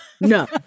No